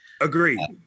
Agree